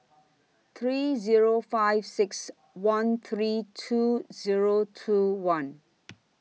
three Zero five six one three two Zero two one